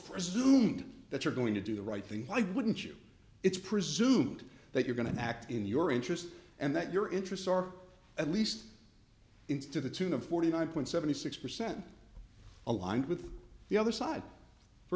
presumed that you're going to do the right thing why wouldn't you it's presumed that you're going to act in your interest and that your interests are at least into the tune of forty nine point seventy six percent aligned with the other side for